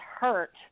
hurt